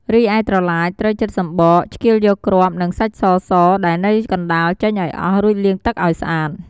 រីឯត្រឡាចត្រូវចិតសំបក ឆ្កៀលយកគ្រាប់ និងសាច់សៗ ដែលនៅកណ្តាលចេញឱ្យអស់ រួចលាងទឹកឱ្យស្អាត។